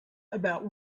about